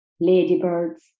ladybirds